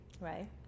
right